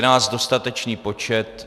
Je nás dostatečný počet.